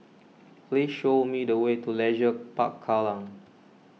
please show me the way to Leisure Park Kallang